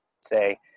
say